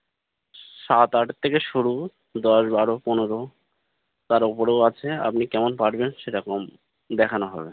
সাত আট থেকে শুরু দশ বারো পনেরো তার ওপরেও আছে আপনি কেমন পারবেন সেরকম দেখানো হবে